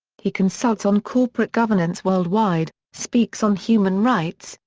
he consults on corporate governance worldwide, speaks on human rights,